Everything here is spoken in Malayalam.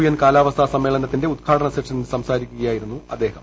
എൻ കാലാവസ്ഥാ സമ്മേളനത്തിന്റെ ഉദ്ഘാടന സെഷനിൽ സംസാരിക്കുകയായിരുന്നു അദ്ദേഹം